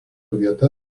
vieta